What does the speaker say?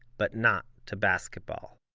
but not to basketball.